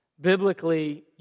Biblically